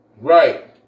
Right